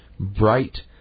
Bright